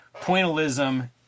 pointillism